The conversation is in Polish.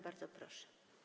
Bardzo proszę.